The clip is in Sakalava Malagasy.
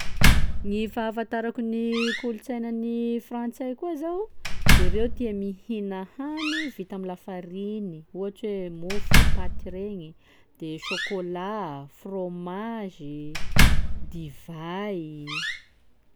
Gny fahafantarako ny kolontsaina an'ny frantsay koa zao de reo tia mihina hany vita amy lafariny ohatsy hoe mofo, paty regny; de chocolat, fromage i, divay.